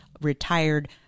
retired